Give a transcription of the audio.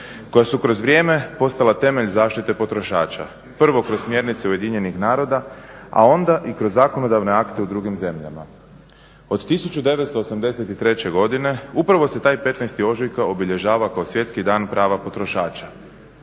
koja su kroz vrijeme postala temelj zaštite potrošača. Prvo kroz smjernice UN-a, a onda i kroz zakonodavne akte u drugim zemljama. Od 1983.godine upravo se taj 15.ožujka obilježava kao Svjetski dan prava potrošača.